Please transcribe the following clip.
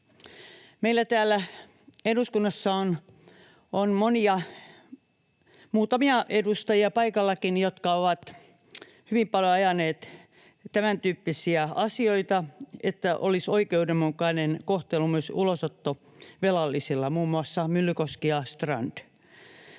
Meillä täällä eduskunnassa on monia — muutamia edustajia paikallakin — jotka ovat hyvin paljon ajaneet tämäntyyppisiä asioita, että olisi oikeudenmukainen kohtelu myös ulosottovelallisilla, muun muassa Myllykoski ja Strand.